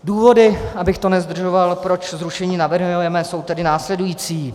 Důvody, abych to nezdržoval, proč zrušení navrhujeme, jsou tedy následující.